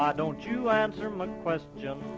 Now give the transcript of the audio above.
don't you answer my questions?